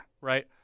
Right